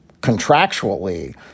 contractually